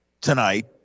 tonight